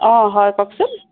অঁ হয় কওকচোন